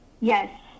Yes